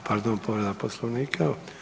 A pardon, povreda Poslovnika.